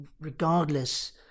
regardless